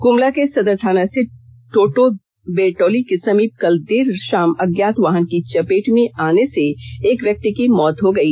गुमला के सदर थाना स्थित टोटो बैरटोली के समीप कल देर शाम अज्ञात वाहन की चपेट में आने से एक व्यक्ति की मौत हो गयी